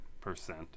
percent